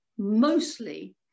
mostly